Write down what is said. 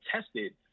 tested